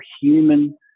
human